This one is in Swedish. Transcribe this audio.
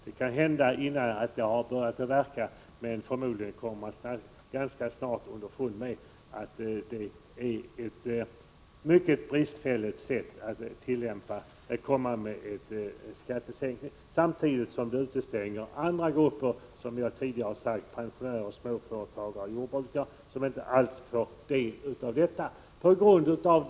Det kan hända att mottagandet har varit positivt innan avdragsreglerna har börjat verka, men förmodligen kommer löntagarna ganska snart underfund med att det är ett mycket bristfälligt sätt att genomföra en skattesänkning som regeringen har valt. Dessutom utestängs, som jag tidigare har sagt, andra grupper än löntagarna, nämligen pensionärer, småföretagare och jordbrukare.